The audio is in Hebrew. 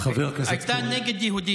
מה, הוא גזען על יהודים?